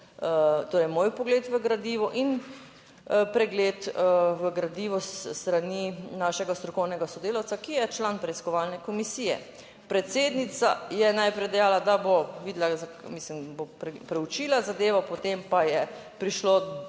torej moj vpogled v gradivo in pregled v gradivu s strani našega strokovnega sodelavca, ki je član preiskovalne komisije. Predsednica je najprej dejala, da bo videla, mislim bo preučila zadevo, potem pa je prišlo